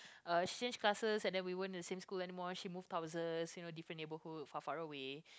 uh she change classes and then we weren't in the same school anymore she move houses you know different neighborhood far far away